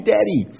Daddy